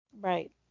Right